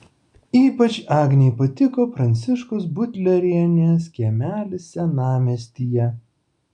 ypač agnei patiko pranciškos butlerienės kiemelis senamiestyje